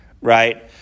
right